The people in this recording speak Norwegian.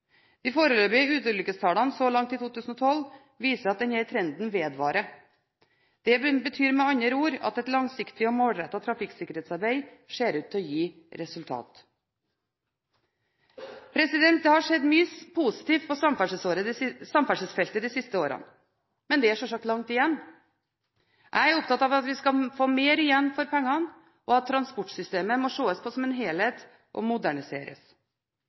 De foreløpige ulykkestallene så langt i 2012 viser at denne trenden vedvarer. Det betyr med andre ord at et langsiktig og målrettet trafikksikkerhetsarbeid ser ut til å gi resultater. Det har skjedd mye positivt på samferdselsfeltet de siste årene, men det er selvsagt langt igjen. Jeg er opptatt av at vi skal få mer igjen for pengene, og at transportsystemet må ses på som en helhet og moderniseres.